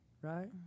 right